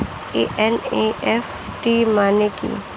NEFT মানে কি?